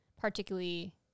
particularly